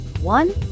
One